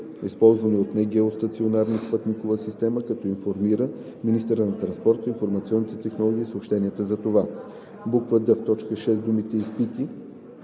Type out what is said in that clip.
използван от негеостационарна спътникова система, като информира министъра на транспорта, информационните технологии и съобщенията за това;“ д) в т. 6 думите „изпити